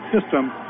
system